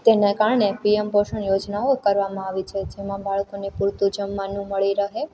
તેને કારણે પીએમ પોષણ યોજનાઓ કરવામાં આવી છે જેમાં બાળકોને પૂરતું જમવાનું મળી રહે